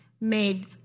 made